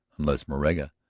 unless moraga,